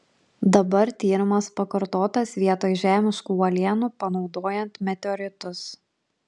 dabar tyrimas pakartotas vietoj žemiškų uolienų panaudojant meteoritus